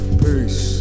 peace